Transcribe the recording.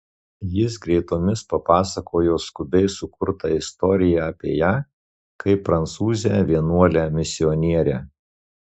jis greitomis papasakojo skubiai sukurtą istoriją apie ją kaip prancūzę vienuolę misionierę